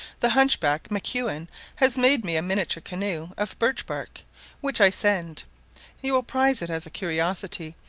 the hunchback maquin has made me a miniature canoe of birch-bark, which i send you will prize it as a curiosity,